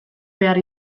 behar